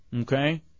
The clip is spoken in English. Okay